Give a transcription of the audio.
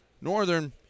Northern